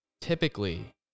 Typically